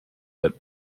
that